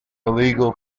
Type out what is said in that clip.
illegal